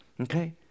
Okay